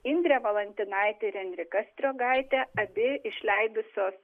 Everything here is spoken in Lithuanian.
indrė valantinaitė ir enrika striogaitė abi išleidusios